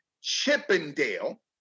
Chippendale